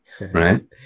right